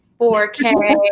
4K